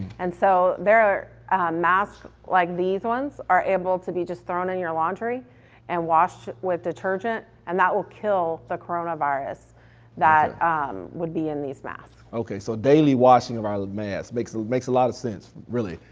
and so there are masks like these ones are able to be just thrown in your laundry and wash with detergent and that will kill the coronavirus that would be in these masks. okay, so daily washing of like masks makes and makes a lot of sense really,